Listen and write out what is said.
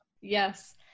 Yes